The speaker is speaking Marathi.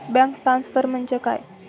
बँक ट्रान्सफर म्हणजे काय?